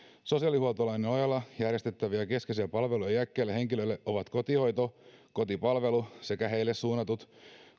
sosiaalihuoltolain nojalla järjestettäviä keskeisiä palveluja iäkkäille henkilöille ovat kotihoito ja kotipalvelu sekä heille suunnatut